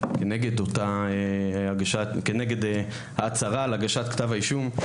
לאור ההצהרה שיוגש כתב אישום כנגד הקבוצה,